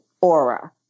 aura